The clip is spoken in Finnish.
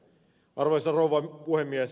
arvoisa rouva puhemies